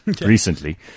recently